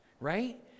right